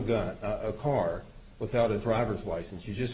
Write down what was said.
gun or a car without a driver's license you just